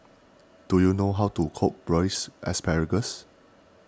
do you know how to cook Braised Asparagus